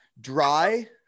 dry